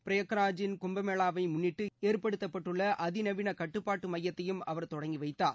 பிரயாக்ராஜின் கும்பமேளானை முன்னிட்டு ஏற்படுத்தப்பட்டுள்ள அதிநவீன கட்டுப்பாட்டு மையத்தையும் அவர் தொடங்கி வைத்தார்